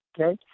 okay